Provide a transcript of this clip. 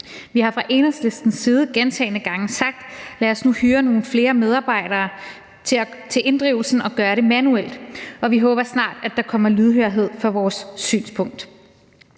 Vi har fra Enhedslistens side gentagne gange sagt: Lad os nu hyre nogle flere medarbejdere til inddrivelsen og gøre det manuelt. Vi håber, at der snart kommer lydhørhed for vores synspunkt.